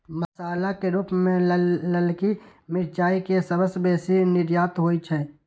मसाला के रूप मे ललकी मिरचाइ के सबसं बेसी निर्यात होइ छै